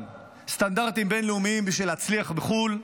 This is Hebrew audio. סטנדרטים בין-לאומיים בשביל להצליח בחו"ל,